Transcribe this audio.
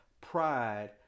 pride